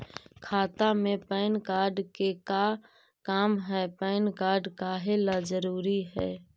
खाता में PAN card के का काम है पैन कार्ड काहे ला जरूरी है?